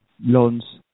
loans